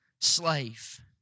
slave